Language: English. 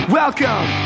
welcome